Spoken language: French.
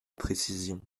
précision